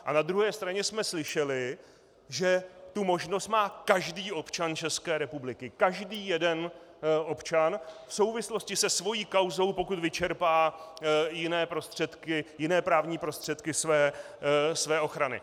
A na druhé straně jsme slyšeli, že tu možnost má každý občan České republiky, každý jeden občan v souvislosti se svou kauzou, pokud vyčerpá jiné prostředky, jiné právní prostředky své ochrany.